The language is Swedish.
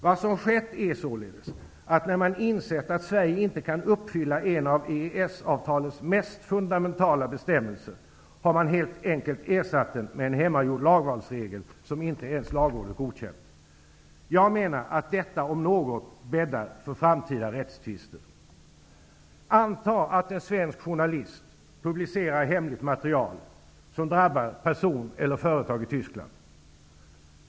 Vad som skett är således, att när man insett att Sverige inte kan uppfylla en av EES-avtalets mest fundamentala bestämmelser, har man helt enkelt ersatt den med en hemmagjord lagvalsregel som inte ens lagrådet godkännt. Jag menar att detta om något bäddar för framtida rättstvister. Anta att en svensk journalist publicerar hemligt material som drabbar person eller företag i Tyskland.